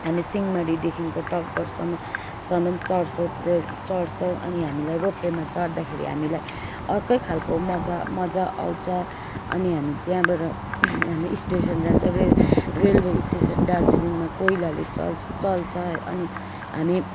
हामी सिंहमारीदेखिको तकबरसम्म सम्म चढ्छौँ चढ्छौँ अनि हामीलाई रोपवेमा चढ्दाखेरि हामीलाई अर्कै खालको मज्जा मज्जा आउँछ अनि हामी त्यहाँबाट हामी स्टेसन जान्छौँ रे रेलवे स्टेसन दार्जिलिङमा कोइलाले चल् चल्छ अनि हामी